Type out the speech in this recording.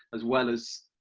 as well as